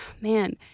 man